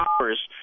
hours